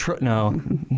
no